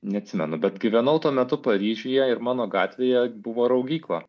neatsimenu bet gyvenau tuo metu paryžiuje ir mano gatvėje buvo raugykla